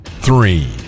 Three